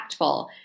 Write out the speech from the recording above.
impactful